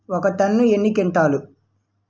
ఒక టన్ను ఎన్ని క్వింటాల్లు?